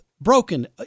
broken